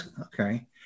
okay